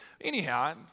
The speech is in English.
Anyhow